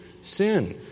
sin